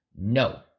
No